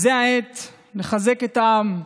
זו העת לחזק את העם,